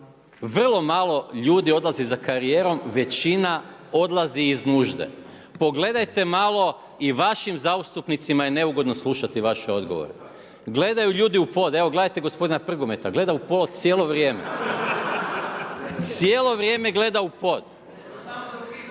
Vrlo malo ljudi odlazi za karijerom, većina odlazi iz nužde. Pogledajte malo, i vašim zastupnicima je neugodno slušati vaše odgovore. Gledaju ljudi u pod, evo gledajte gospodina Prgometa, gleda u pod cijelo vrijeme. Cijelo vrijeme gleda u pod.